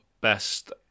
best